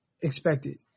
expected